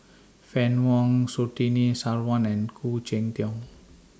Fann Wong Surtini Sarwan and Khoo Cheng Tiong